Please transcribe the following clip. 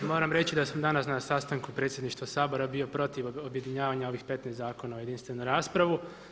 Moram reći da sam danas na sastanku predsjedništva Sabora bio protiv objedinjavanja ovih 15 zakona u jedinstvenu raspravu.